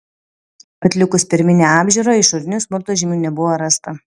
atlikus pirminę apžiūrą išorinių smurto žymių nebuvo rasta